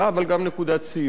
אבל גם נקודת סיום.